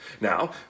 Now